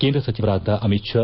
ಕೇಂದ್ರ ಸಚಿವರಾದ ಅಮಿತ್ ಶಾ